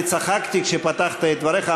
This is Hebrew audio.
אני צחקתי כשפתחת את דבריך.